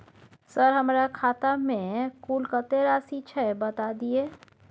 Sir हमरा खाता में कुल कत्ते राशि छै बता दिय?